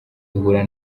duhura